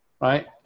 right